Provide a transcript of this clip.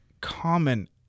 common